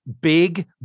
big